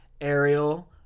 Ariel